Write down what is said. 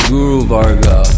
Guru-Varga